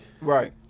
Right